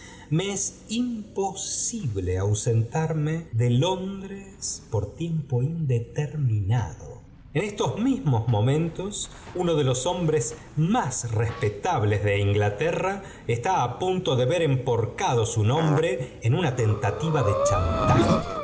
es imposible ausentarme de londres por tiempo indeterminado en estos mismos momentos uno de los hombree más respetables de inglaterra está á punto do ver emporcado su nombre en una tentativa de chantaae